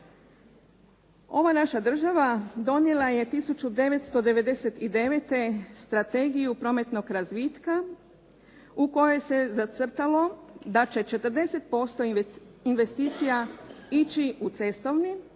Ova naša država donijela je 1999. Strategiju prometnog razvitka u kojoj se zacrtalo da će 40% investicija ići u cestovni,